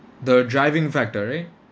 the driving factor right